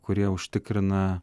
kurie užtikrina